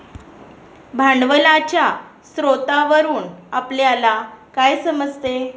भांडवलाच्या स्रोतावरून आपल्याला काय समजते?